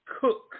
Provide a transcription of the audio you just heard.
cook